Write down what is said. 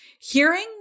hearing